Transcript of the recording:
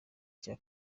cya